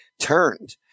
turned